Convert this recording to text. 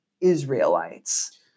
Israelites